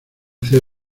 hacer